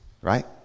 right